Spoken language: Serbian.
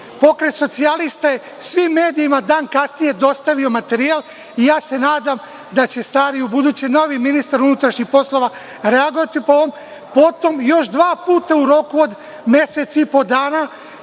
Bač. Pokret socijalista je svim medijima dan kasnije dostavio materijal i ja se nadam da će ubuduće novi ministar unutrašnjih poslova reagovati po ovom. Potom, još dva puta u roku od mesec i po dana